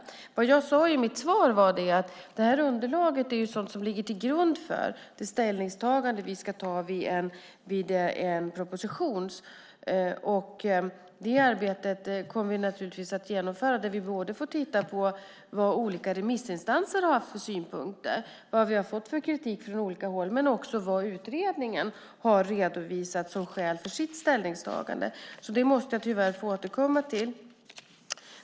Det jag sade i mitt svar var att det här underlaget är sådant som ligger till grund för det ställningstagande vi ska göra i samband med en proposition. Det arbetet kommer vi naturligtvis att genomföra. Där får vi titta på både vad olika remissinstanser har för synpunkter och vad vi har fått för kritik från olika håll, men också på vad utredningen har redovisat som skäl för sitt ställningstagande. Det måste jag tyvärr få återkomma till.